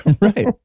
Right